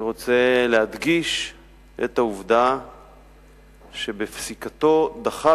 אני רוצה להדגיש את העובדה שבפסיקתו דחה